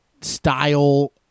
style